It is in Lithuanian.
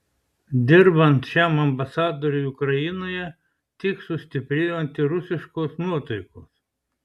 dirbant šiam ambasadoriui ukrainoje tik sustiprėjo antirusiškos nuotaikos